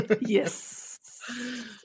Yes